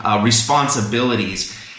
responsibilities